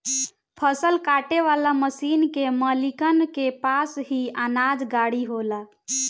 फसल काटे वाला मशीन के मालिकन के पास ही अनाज गाड़ी होला